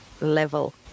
level